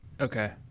Okay